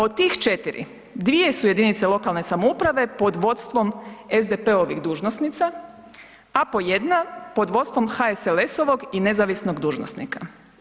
Od tih 4 dvije su jedinice lokalne samouprave pod vodstvom SDP-ovih dužnosnica, a po 1 pod vodstvom HSLS-ovog i nezavisnog dužnosnika.